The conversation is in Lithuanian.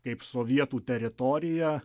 kaip sovietų teritorija